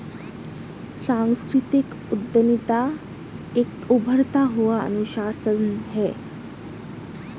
सांस्कृतिक उद्यमिता एक उभरता हुआ अनुशासन है